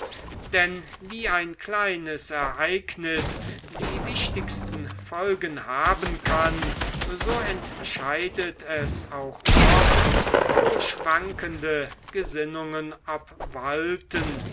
denn wie ein kleines ereignis die wichtigsten folgen haben kann so entscheidet es auch oft wo schwankende gesinnungen obwalten